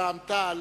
רע"ם-תע"ל,